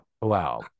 Wow